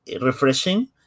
refreshing